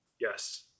Yes